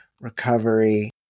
recovery